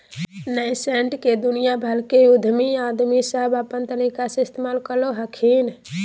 nascent के दुनिया भर के उद्यमी आदमी सब अपन तरीका से इस्तेमाल करो हखिन